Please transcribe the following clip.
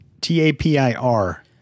T-A-P-I-R